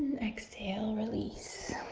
exhale, release.